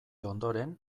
ondoren